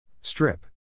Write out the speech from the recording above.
Strip